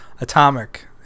Atomic